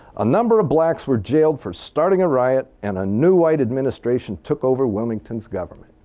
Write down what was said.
a number of blacks were jailed for starting a riot and a new white administration took over wilmington's government,